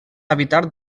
habitar